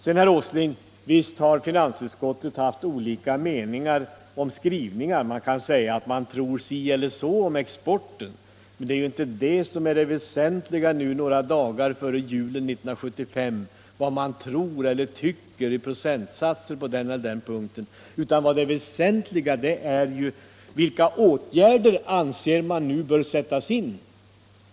Visst, herr Åsling, har finansutskottet haft olika meningar om skrivningar. Man kan säga att man tror si eller så om exporten, men det väsentliga nu, några dagar före julen 1975, är inte vad man tror eller tycker om procentsatser på olika punkter utan det är ju vilka åtgärder man anser bör sättas in.